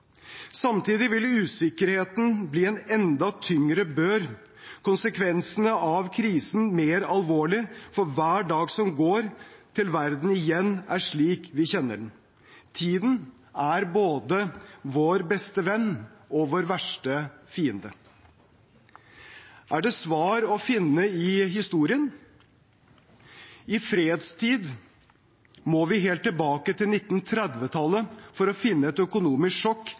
Samtidig vil usikkerheten bli en enda tyngre bør og konsekvensene av krisen mer alvorlige for hver dag som går, til verden igjen er slik vi kjenner den. Tiden er både vår beste venn og vår verste fiende. Er det svar å finne i historien? I fredstid må vi helt tilbake til 1930-tallet for å finne et økonomisk sjokk